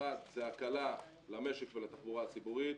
1. זה הקלה למשק ולתחבורה הציבורית,